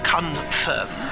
Confirm